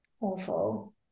awful